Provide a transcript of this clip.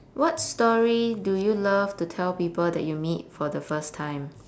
what story do you love to tell people that you meet for the first time